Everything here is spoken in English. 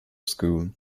school